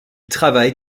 travaille